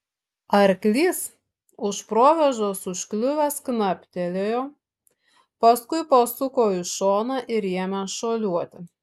arklys už provėžos užkliuvęs knaptelėjo paskui pasuko į šoną ir ėmę šuoliuoti